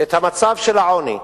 את מצב העוני,